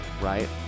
right